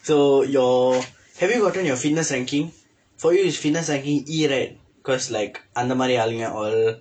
so your have you gotten your fitness ranking for you is fitness ranking E right cause like அந்த மாதிரி ஆளுங்க:andtha maathiri aalungka all